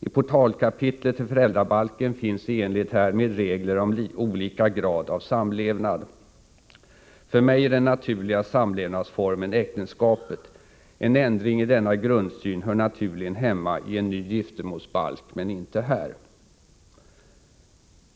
I portalkapitlet till föräldrabalken intas i enlighet härmed regler om olika grad av samlevnad. För mig är den naturliga samlevnadsformen äktenskapet. En ändring i denna grundsyn hör naturligen hemma i en ny giftermålsbalk men inte här.